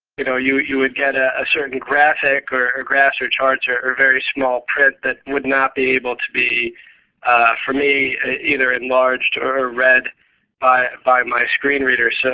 you know you you would get a certain graphic, or or graphs or charts or or very small print that would not be able to be for me either enlarged or read by by my screen reader. so